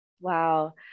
Wow